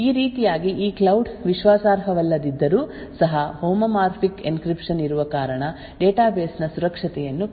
ಈ ರೀತಿಯಾಗಿ ಈ ಕ್ಲೌಡ್ ವಿಶ್ವಾಸಾರ್ಹವಲ್ಲದಿದ್ದರೂ ಸಹ ಹೋಮೋಮಾರ್ಫಿಕ್ ಎನ್ಕ್ರಿಪ್ಶನ್ ಇರುವ ಕಾರಣ ಡೇಟಾಬೇಸ್ನ ಸುರಕ್ಷತೆಯನ್ನು ಖಾತ್ರಿಪಡಿಸಲಾಗಿದೆ